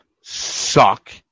suck